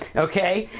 okay?